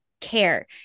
care